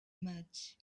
much